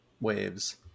waves